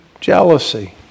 jealousy